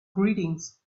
greetings